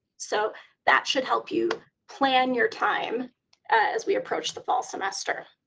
so that should help you plan your time as we approach the small semester.